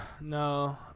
no